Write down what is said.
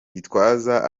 gitwaza